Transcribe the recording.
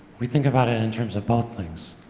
we think about it in terms of both things,